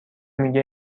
میگه